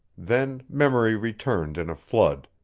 then memory returned in a flood,